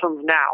now